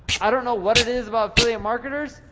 i don't know what it is about affiliate marketers.